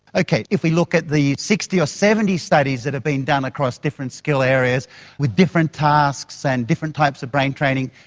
okay, if we look at the sixty or seventy studies that are being done across different skill areas with different tasks and different types of brain training,